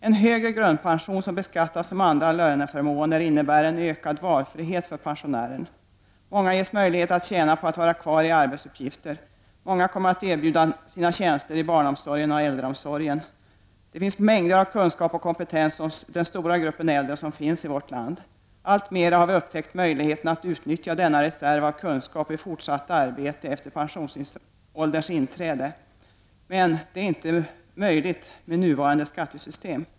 En högre grundpension som beskattas som andra löneförmåner innebär ökad valfrihet för pensionären. Många ges möjlighet att tjäna på att vara kvar i arbetsuppgifter, många kommer att erbjuda sina tjänster i barnomsorgen och äldreomsorgen. Det finns mängder av kunskap och kompetens hos den stora gruppen äldre i vårt land. Alltmer har vi upptäckt möjligheten att utnyttja denna reserv av kunskap i fortsatt arbete efter pensionsålderns inträde. Men det går inte med nuvarande skattesystem.